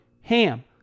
HAM